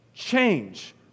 Change